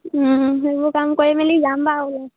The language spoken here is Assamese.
সেইবোৰ কাম কৰি মেলি যাম বাৰু